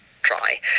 try